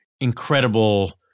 incredible